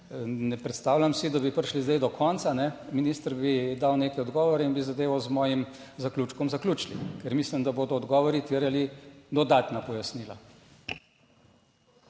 ne predstavljam si, da bi prišli zdaj do konca, minister bi dal neke odgovore in bi zadevo z mojim zaključkom zaključili, ker mislim, da bodo odgovori terjali dodatna pojasnila.